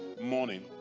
morning